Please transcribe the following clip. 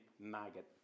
maggot